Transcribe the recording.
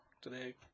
today